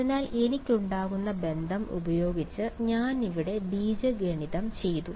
അതിനാൽ എനിക്കുണ്ടായിരുന്ന ബന്ധം ഉപയോഗിച്ച് ഞാൻ ഇവിടെ ബീജഗണിതം ചെയ്തു